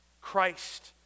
Christ